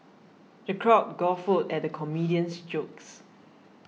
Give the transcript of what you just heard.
the crowd guffawed at the comedian's jokes